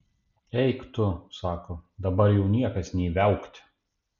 eik tu sako dabar jau niekas nė viaukt